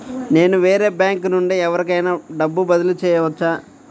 నేను వేరే బ్యాంకు నుండి ఎవరికైనా డబ్బు బదిలీ చేయవచ్చా?